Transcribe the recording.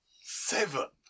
Seven